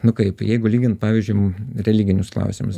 nu kaip jeigu lygint pavyzdžiui religinius klausimus